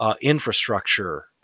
infrastructure